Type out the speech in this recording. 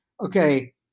okay